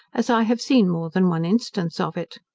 as i have seen more than one instance of it.